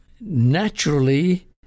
naturally